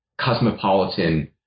cosmopolitan